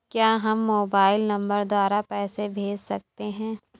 क्या हम mobile number द्वारा पैसे भेज सकते हैं?